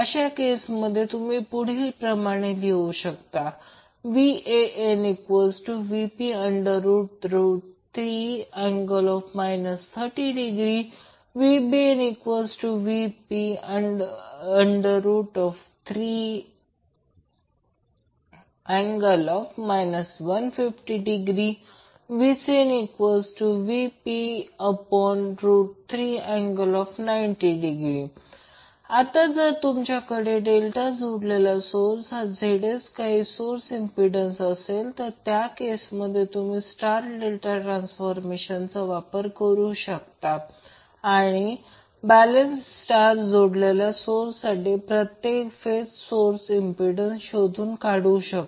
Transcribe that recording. या केसमध्ये तुम्ही लिहू शकता VanVp3∠ 30° VbnVp3∠ 150° VcnVp3∠90° आता जर तुमच्याकडे डेल्टा जोडलेला सोर्स हा ZS काही सोर्स इंम्प्पिडन्स असेल त्या केसमध्ये तुम्ही स्टार डेल्टा ट्रान्सफॉर्मेशनचा वापर करू शकता आणि बॅलेन्स स्टार जोडलेल्या सोर्ससाठी प्रत्येक फेज सोर्स इंम्प्पिडन्स शोधून काढू शकता